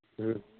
ꯑꯥ